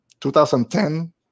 2010